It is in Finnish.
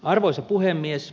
arvoisa puhemies